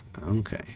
okay